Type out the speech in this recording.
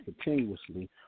continuously